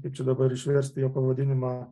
kaip čia dabar išversti jo pavadinimą